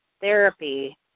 therapy